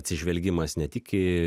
atsižvelgimas ne tik į